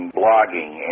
blogging